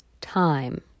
time